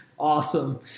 awesome